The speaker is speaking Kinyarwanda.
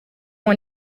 ngo